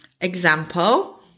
example